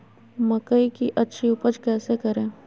मकई की अच्छी उपज कैसे करे?